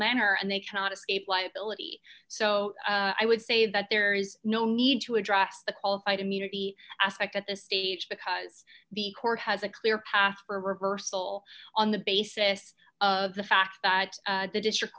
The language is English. manner and they cannot escape liability so i would say that there is no need to address the qualified immunity aspect at this stage because the court has a clear path for reversal on the basis of the fact that the district